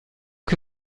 que